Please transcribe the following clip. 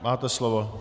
Máte slovo.